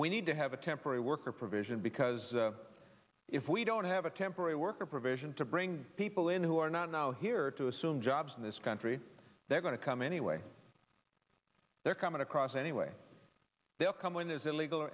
we need to have a temporary worker provision because if we don't have a temporary worker provision to bring people in who are not now here to assume jobs in this country they're going to come anyway they're coming across anyway they'll come when there's illegal